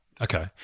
Okay